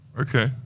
Okay